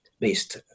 Based